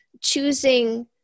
choosing